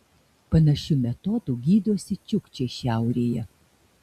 panašiu metodu gydosi čiukčiai šiaurėje